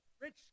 Rich